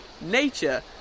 nature